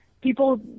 people